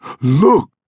Look